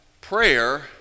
prayer